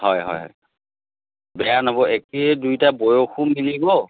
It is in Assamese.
হয় হয় বেয়া নহ'ব একেই দুয়োটা বয়সো মিলিব